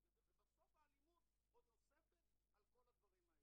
אלי אלאלוף (יו"ר ועדת העבודה, הרווחה והבריאות):